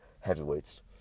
heavyweights